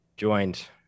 joined